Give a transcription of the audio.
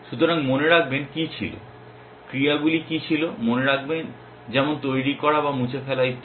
সুতরাং মনে রাখবেন কি ছিল ক্রিয়াগুলি কি ছিল মনে রাখবেন যেমন তৈরি করা বা মুছে ফেলা ইত্যাদি